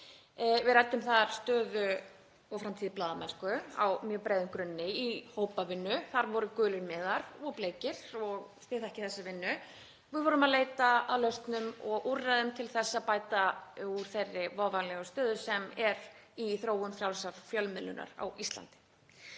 Við ræddum þar stöðu og framtíð blaðamennsku á mjög breiðum grunni í hópavinnu. Þar voru gulir miðar og bleikir, þið þekkið þessa vinnu. Við vorum að leita að lausnum og úrræðum til þess að bæta úr þeirri voveiflegu stöðu sem er í þróun frjálsrar fjölmiðlunar á Íslandi.